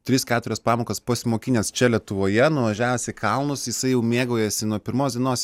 tris keturias pamokas pasimokinęs čia lietuvoje nuvažiavęs į kalnus jisai jau mėgaujasi nuo pirmos dienos